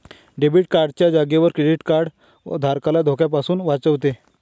debit card च्या जागेवर credit card धारकाला धोक्यापासून वाचवतो